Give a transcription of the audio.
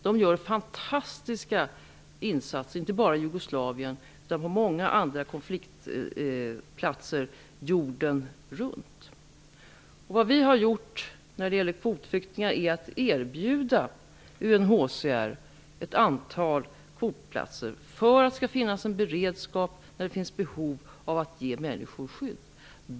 Den gör fantastiska insatser, inte bara i f.d. Jugoslavien, utan på många andra konfliktplatser jorden runt. Vad vi har gjort när det gäller kvotflyktingar är att erbjuda UNHCR ett antal kvotplatser för att det skall finnas en beredskap när det finns behov av att ge människor skydd.